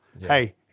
Hey